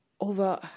Over